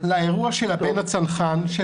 לאירוע של הבן הצנחן של